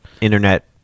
internet